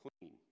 clean